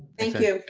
thank you,